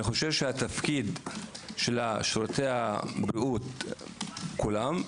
התפקיד של שירותי הבריאות כולם,